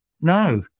no